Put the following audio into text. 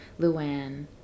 Luanne